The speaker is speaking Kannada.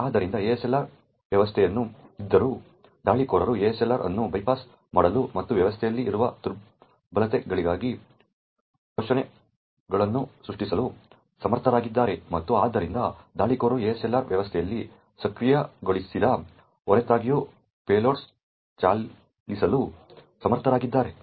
ಆದ್ದರಿಂದ ASLR ವ್ಯವಸ್ಥೆಯಲ್ಲಿ ಇದ್ದರೂ ದಾಳಿಕೋರರು ASLR ಅನ್ನು ಬೈಪಾಸ್ ಮಾಡಲು ಮತ್ತು 5r7ವ್ಯವಸ್ಥೆಯಲ್ಲಿ ಇರುವ ದುರ್ಬಲತೆಗಳಿಗಾಗಿ ಶೋಷಣೆಗಳನ್ನು ಸೃಷ್ಟಿಸಲು ಸಮರ್ಥರಾಗಿದ್ದಾರೆ ಮತ್ತು ಆದ್ದರಿಂದ ದಾಳಿಕೋರರು ASLR ವ್ಯವಸ್ಥೆಯಲ್ಲಿ ಸಕ್ರಿಯಗೊಳಿಸಿದ ಹೊರತಾಗಿಯೂ ಪೇಲೋಡ್ಗಳನ್ನು ಚಲಾಯಿಸಲು ಸಮರ್ಥರಾಗಿದ್ದಾರೆ